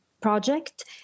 project